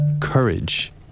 courage